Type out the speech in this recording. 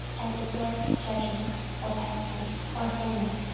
as the sword, judgment, or pestilence, or famine,